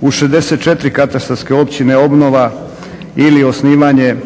U 64 katastarske općine je obnova ili osnivanje